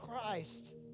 Christ